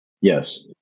Yes